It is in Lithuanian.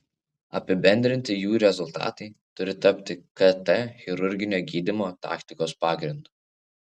apibendrinti jų rezultatai turi tapti kt chirurginio gydymo taktikos pagrindu